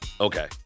Okay